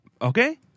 Okay